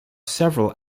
several